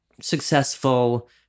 successful